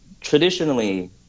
traditionally